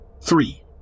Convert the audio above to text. Three